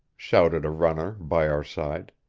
shouted a runner by our side.